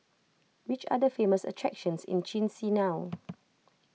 which are the famous attractions in Chisinau